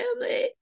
family